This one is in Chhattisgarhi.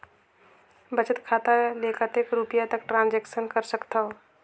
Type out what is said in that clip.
बचत खाता ले कतेक रुपिया तक ट्रांजेक्शन कर सकथव?